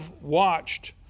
watched